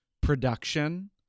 production